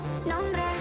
Nombre